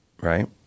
Right